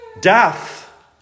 death